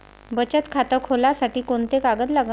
बचत खात खोलासाठी कोंते कागद लागन?